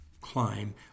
climb